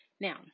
Now